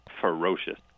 ferocious